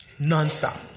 Nonstop